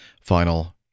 final